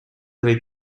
avez